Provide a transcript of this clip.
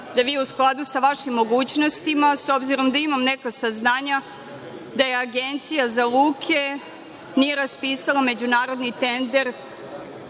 da vi u skladu sa vašim mogućnostima, s obzirom da imam neka saznanja da Agencija za luke nije raspisala međunarodni tender,